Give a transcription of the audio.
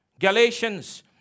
Galatians